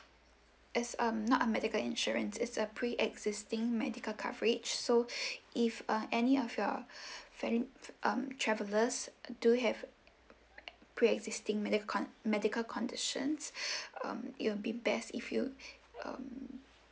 it's um not a medical insurance is a pre existing medical coverage so if uh any of your um travellers do have pre existing medical medical conditions um it will be best if you um